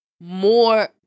more